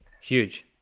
Huge